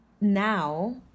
now